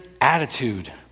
attitude